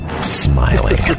smiling